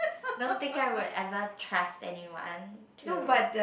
don't think I would ever trust anyone to